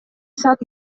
саат